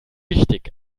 wichtig